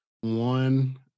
One